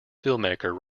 filmmaker